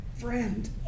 friend